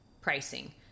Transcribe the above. pricing